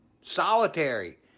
solitary